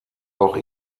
auch